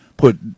put